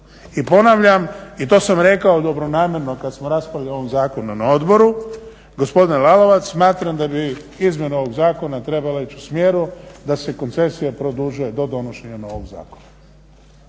I ponavljam i to sam rekao dobronamjerno kad smo raspravljali o ovom zakonu na odboru, gospodine Lalovac smatram da bi izmjena ovog zakona trebala ići u smjeru da se koncesije produže do donošenja novog zakona.